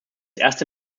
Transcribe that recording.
erste